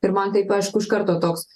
ir man taip aišku iš karto toks